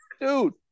Dude